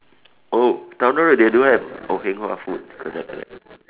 oh Towner road they don't have oh heng hua food correct correct